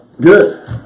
Good